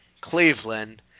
Cleveland